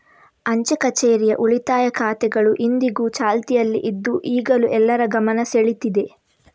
ಅಂಚೆ ಕಛೇರಿಯ ಉಳಿತಾಯ ಖಾತೆಗಳು ಇಂದಿಗೂ ಚಾಲ್ತಿಯಲ್ಲಿ ಇದ್ದು ಈಗಲೂ ಎಲ್ಲರ ಗಮನ ಸೆಳೀತಿದೆ